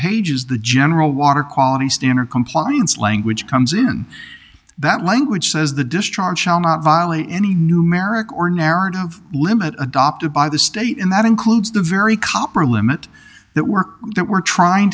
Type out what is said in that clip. pages the general water quality standard compliance language comes in that language says the discharge shall not violate any numeric or narrative limit adopted by the state and that includes the very copper limit that work that we're trying